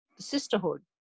sisterhood